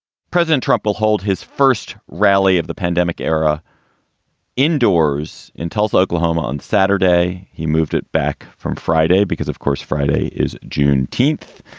president trump will hold his first rally of the pandemic era indoors in tulsa, oklahoma, on saturday. he moved it back from friday because, of course, friday is juneteenth,